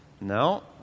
no